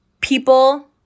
People